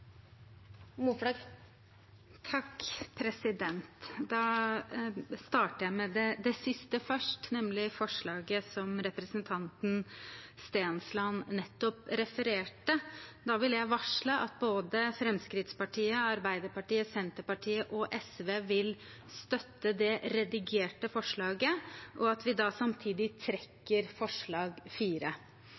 starter med det siste først, nemlig forslaget som representanten Stensland nettopp refererte. Jeg vil varsle at både Fremskrittspartiet, Arbeiderpartiet, Senterpartiet og SV vil støtte det redigerte forslaget, og at vi samtidig trekker forslag